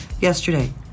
yesterday